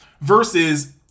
versus